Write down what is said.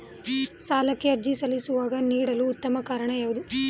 ಸಾಲಕ್ಕೆ ಅರ್ಜಿ ಸಲ್ಲಿಸುವಾಗ ನೀಡಲು ಉತ್ತಮ ಕಾರಣ ಯಾವುದು?